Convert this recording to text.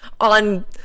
on